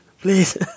please